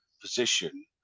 position